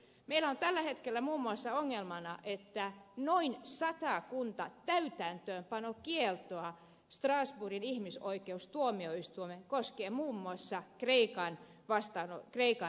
meillä on tällä hetkellä muun muassa ongelmana että noin satakunta täytäntöönpanokieltoa strasbourgin ihmisoikeustuomioistuimessa koskee muun muassa kreikan järjestelmää